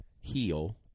heal